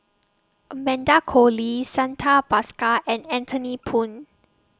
Amanda Koe Lee Santha Bhaskar and Anthony Poon